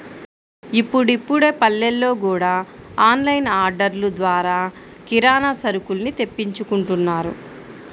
ఇప్పుడిప్పుడే పల్లెల్లో గూడా ఆన్ లైన్ ఆర్డర్లు ద్వారా కిరానా సరుకుల్ని తెప్పించుకుంటున్నారు